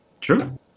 True